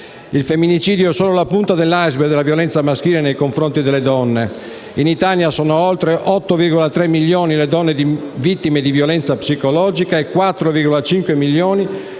Il femminicidio è solo la punta dell'*iceberg* della violenza maschile nei confronti delle donne. In Italia sono oltre 8,3 milioni le donne vittime di violenza psicologica e 4,5 milioni quelle